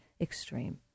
extreme